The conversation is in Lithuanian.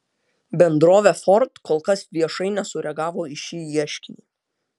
bendrovė ford kol kas viešai nesureagavo į šį ieškinį